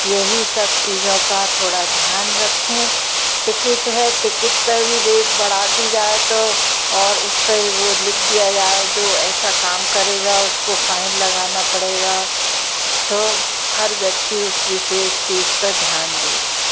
यही सब चीज़ों का थोड़ा ध्यान रखें टिकेट है टिकेट पर भी रेट बढ़ा दी जाए तो और उस पर वह लिख दिया जाए जो ऐसा काम करेगा उसको फ़ाइन लगाना पड़ेगा तो हर व्यक्ति उस विशेष चीज़ पर ध्यान देगा